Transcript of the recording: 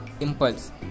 impulse